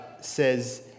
says